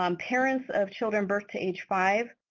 um parents of children birth to age five,